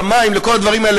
למים לכל הדברים האלה,